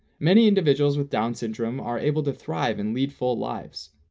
many individuals with down syndrome are able to thrive and lead full lives.